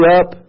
up